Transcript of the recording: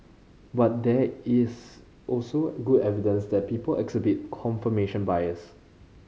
but there is also good evidence that people exhibit confirmation bias